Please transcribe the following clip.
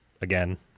again